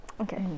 Okay